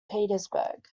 petersburg